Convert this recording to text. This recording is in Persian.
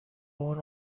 اون